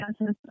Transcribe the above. Yes